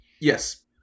Yes